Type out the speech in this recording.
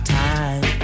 time